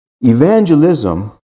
Evangelism